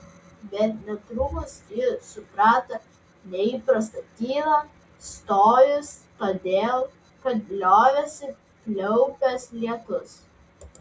bet netrukus ji suprato neįprastą tylą stojus todėl kad liovėsi pliaupęs lietus